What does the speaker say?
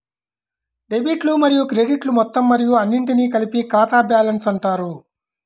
డెబిట్లు మరియు క్రెడిట్లు మొత్తం మరియు అన్నింటినీ కలిపి ఖాతా బ్యాలెన్స్ అంటారు